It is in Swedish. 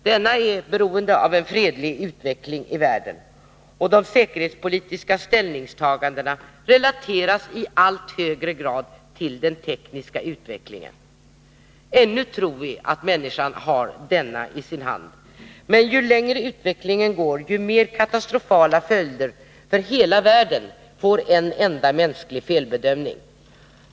Denna är helt beroende av en fredlig utveckling i världen, och de säkerhetspolitiska ställningstagandena relateras i allt högre grad till den tekniska utvecklingen. Ännu tror vi att människan har denna i sin hand. Men ju längre utvecklingen går, desto mera katastrofala följder för hela världen får en enda mänsklig felbedömning.